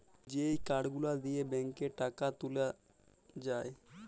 যেই কার্ড গুলা দিয়ে ব্যাংকে টাকা তুলে যায়